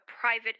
private